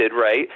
right